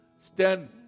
stand